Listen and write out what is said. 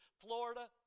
Florida